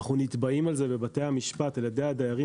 אנחנו נתבעים על זה בבתי המשפט על-ידי הדיירים